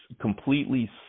completely